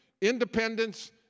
independence